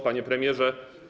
Panie Premierze!